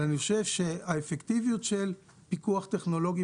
חושב שהאפקטיביות של פיקוח טכנולוגי